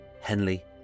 Henley